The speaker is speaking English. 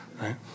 right